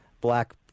black